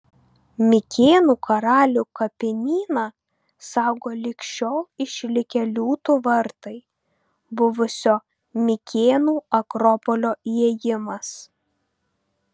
mikėnų karalių kapinyną saugo lig šiol išlikę liūtų vartai buvusio mikėnų akropolio įėjimas